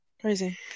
Crazy